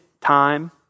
time